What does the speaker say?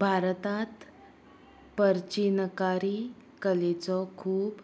भारतांत परचिनकारी कलेचो खूब